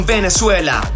Venezuela